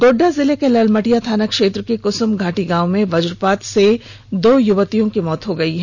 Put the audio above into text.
गोड्डा जिला के ललमटिया थाना क्षेत्र के कुसुम घाटी गांव में वजपात से दो युवतियों की मौत हो गई है